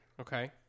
Okay